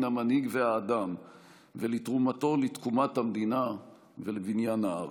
המנהיג והאדם ולתרומתו לתקומת המדינה ולבניין הארץ.